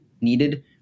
needed